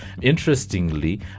Interestingly